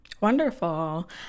Wonderful